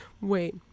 Wait